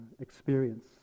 experience